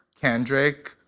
Kendrick